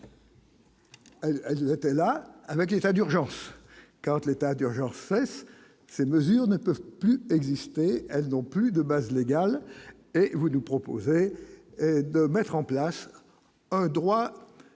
elle était là avec l'état d'urgence, car l'état d'urgence, ces mesures ne peut plus exister, elles n'ont plus de base légale, vous nous proposer de mettre en place un droit